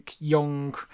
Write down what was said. young